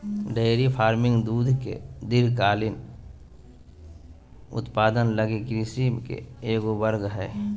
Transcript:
dairy farming दूध के दीर्घकालिक उत्पादन लगी कृषि के एगो वर्ग हइ